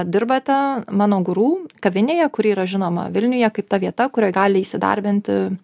dirbate mano guru kavinėje kuri yra žinoma vilniuje kaip ta vieta kurioje gali įsidarbinti